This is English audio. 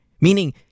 Meaning